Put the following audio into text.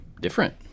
different